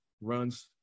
runs